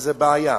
זה בעיה.